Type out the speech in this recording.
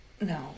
no